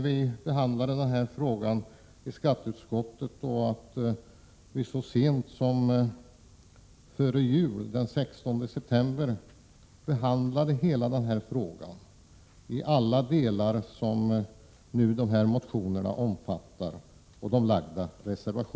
Vi behandlade hela denna fråga i alla delar som motionerna omfattar i kammaren så sent som den 16 december förra året.